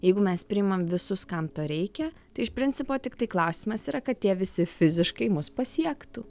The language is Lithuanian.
jeigu mes priimam visus kam to reikia tai iš principo tiktai klausimas yra kad tie visi fiziškai mus pasiektų